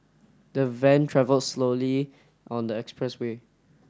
the van travelled slowly on the expressway